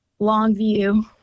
Longview